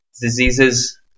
diseases